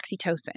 oxytocin